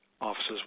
offices